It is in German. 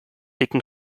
dicken